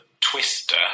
Twister